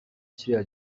kiriya